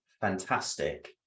fantastic